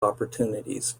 opportunities